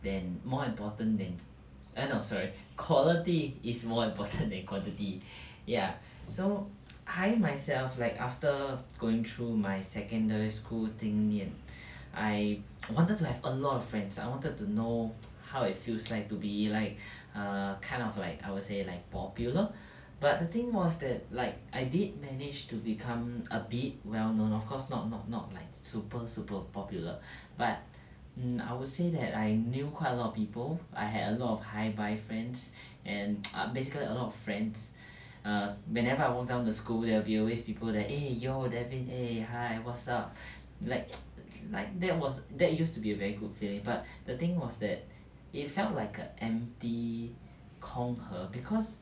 than more important than eh no sorry quality is more important than quantity ya so I myself like after going through my secondary school 经验 I wanted to have a lot of friends I wanted to know how it feels like to be like err kind of like I would say like popular but the thing was that like I did manage to become a bit well known of course not not not like super super popular but mm I would say that I knew quite a lot of people I had a lot of hi bye friends and ah basically a lot of friends err whenever I walk down the school there will be people that eh yo devin eh hi what's up like like that was that used to be a very good feeling but the thing was that it felt like a empty 空盒 because